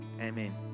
amen